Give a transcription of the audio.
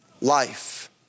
life